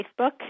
Facebook